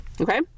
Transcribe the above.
okay